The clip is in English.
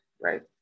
right